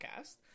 podcast